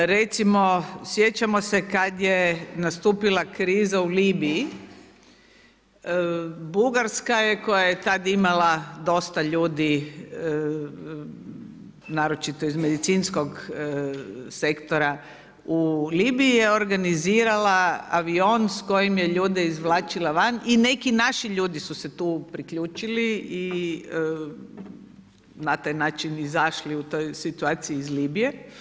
Recimo sjećamo se kad je nastupila kriza u Libiji, Bugarska je koja je tad imala dosta ljudi naročito iz medicinskog sektora u Libiji je organizirala avion s kojim je ljude izvlačila van i neki naši ljudi su se tu priključili i na taj način izašli u toj situaciji iz Libije.